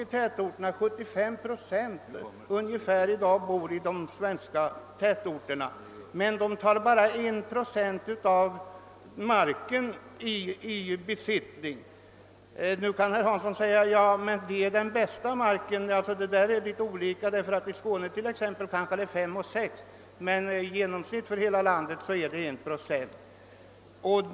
I dag bor cirka 75 procent av hela befolkningen i tätorter, men den tar bara 1 procent av marken i anspråk. Herr Hansson kan kanske säga: »Ja, men det är ju den bästa marken.» Jag vill då säga att det är litet olika; i Skåne kan det exempelvis vara fråga om 5 å 6 procent men genomsnittligt för hela landet är det fråga om 1 procent.